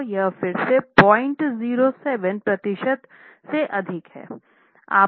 तो यह फिर से 007 प्रतिशत से अधिक है